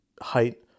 height